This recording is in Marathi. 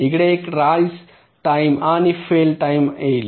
इकडे एक राइज टाइम आणि फेल टाइम येईल